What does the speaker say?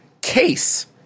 case